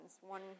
one